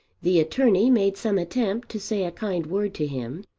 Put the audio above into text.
the attorney made some attempt to say a kind word to him,